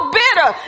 bitter